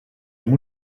amb